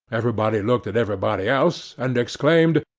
everybody looked at everybody else, and exclaimed,